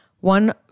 one